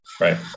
Right